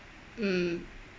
mm